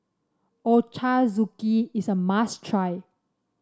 ochazuke is a must try